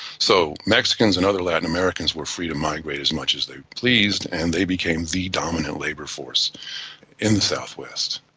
so mexicans and other latin americans were free to migrate as much as they pleased and they became the dominant labour force in the south-west.